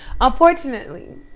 unfortunately